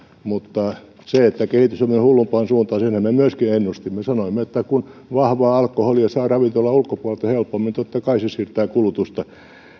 mutta kehitys on mennyt hullumpaan suuntaan senhän me myöskin ennustimme sanoimme että kun vahvaa alkoholia saa ravintolan ulkopuolelta helpommin totta kai se siirtää kulutusta